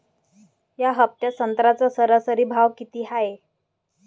या हफ्त्यात संत्र्याचा सरासरी भाव किती हाये?